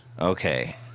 Okay